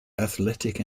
athletic